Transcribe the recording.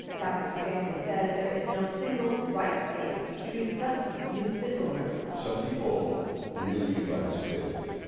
dr. stanley says there is no single right way to treat substance use disorder. some people really utilize faith,